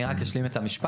אני רק אשלים את המשפט,